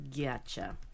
Gotcha